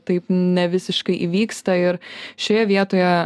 taip ne visiškai įvyksta ir šioje vietoje